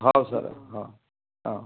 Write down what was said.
हव सर हव हव